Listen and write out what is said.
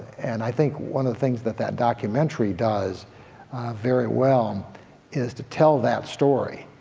and i think one of the things that that documentary does very well is to tell that story.